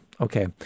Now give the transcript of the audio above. Okay